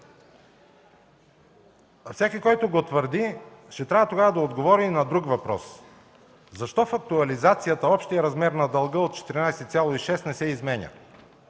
Всеки, който твърди, ще трябва да отговори на друг въпрос. Защо в актуализацията общият размер на дълга от 14,6 не се изменя?